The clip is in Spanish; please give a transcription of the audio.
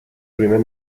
primer